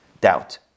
doubt